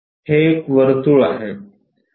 हे एक वर्तुळ आहे